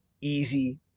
easy